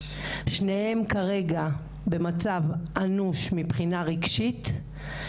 שניהם כרגע במצב אנוש מבחינה רגשית,